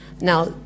Now